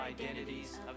identities